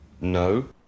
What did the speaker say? No